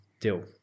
deal